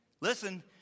listen